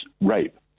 rape